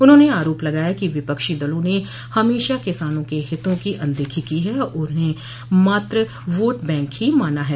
उन्होंने आरोप लगाया कि विपक्षी दलों ने हमेशा किसानों के हितों की अनदेखी की है और उन्हें मात्र वोट बैंक ही माना है